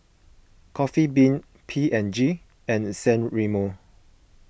Coffee Bean P and G and San Remo